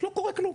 לא קורה כלום.